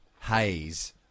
haze